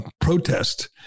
protest